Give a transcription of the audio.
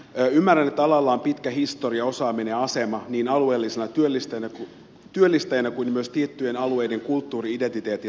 ymmärrän että alalla on pitkä historia osaaminen ja asema niin alueellisena työllistäjänä kuin myös tiettyjen alueiden kulttuuri identiteetin rakentajana